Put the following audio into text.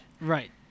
Right